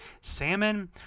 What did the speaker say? salmon